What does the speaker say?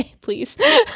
please